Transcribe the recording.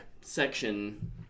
section